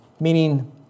Meaning